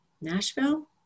Nashville